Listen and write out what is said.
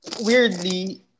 weirdly